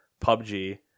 PUBG